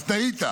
אז טעית.